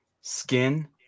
skin